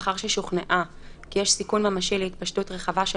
לאחר ששוכנעה כי יש סיכון ממשי להתפשטות רחבה של